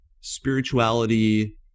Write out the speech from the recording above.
spirituality